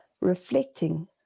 reflecting